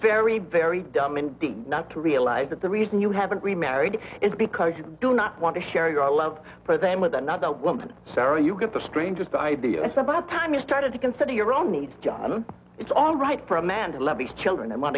very very dumb indeed not to realize that the reason you haven't remarried is because you do not want to share your love for them with another woman sarah you get the strangest idea it's about time you started to consider your own needs john it's alright for a man to lead these children i want